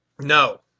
No